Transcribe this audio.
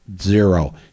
Zero